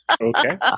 Okay